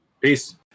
Peace